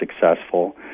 successful